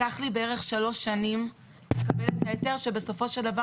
לקח לי בערך שלוש שנים לקבל את ההיתר שבסופו של דבר